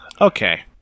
Okay